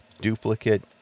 duplicate